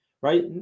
right